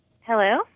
Hello